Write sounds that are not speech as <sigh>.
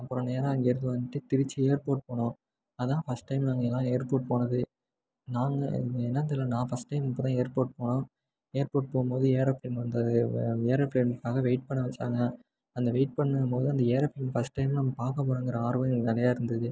அப்புறோம் நேராக அங்கேருந்து வந்துட்டு திருச்சி ஏர்போர்ட் போனோம் அதுதான் ஃபஸ்ட் டைம் நாங்களெல்லாம் ஏர்போர்ட் போனது நாங்கள் <unintelligible> என்னான்னு தெரிலை நான் ஃபஸ்ட் டைம் இப்போ தான் ஏர்போர்ட் போனேன் ஏர்போர்ட் போகும்போது ஏரோப்ளேன் வந்து ஏரோப்ளேன்காக வெய்ட் பண்ண வைச்சாங்க அந்த வெய்ட் பண்ணும் போது அந்த ஏரோப்ளேன் ஃபஸ்ட் டைம் நம்ப பார்க்கப் போகிறோங்கிற ஆர்வம் எனக்கு நிறையா இருந்தது